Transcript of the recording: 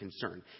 concern